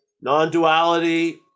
non-duality